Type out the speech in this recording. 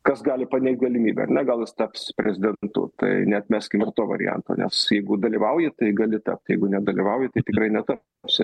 kas gali paneigt galimybę ar ne gal jis taps prezidentu tai neatmeskime to varianto nes jeigu dalyvauji tai gali tapti jeigu nedalyvauji tai tikrai netapsi